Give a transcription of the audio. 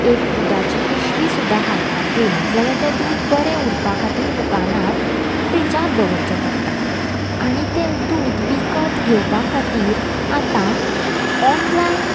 एक दुदाची पिशवी सुद्दां हाडपाक गेली जाल्यार तें दूद बरें उरपा खातीर दुकानांत फ्रिजांत दवरचे पडटा आनी तें दूद विकत घेवपा खातीर आतां ऑनलायन